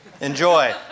Enjoy